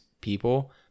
people